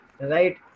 right